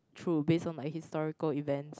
true based on my historical event